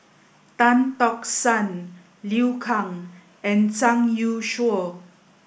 Tan Tock San Liu Kang and Zhang Youshuo